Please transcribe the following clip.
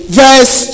verse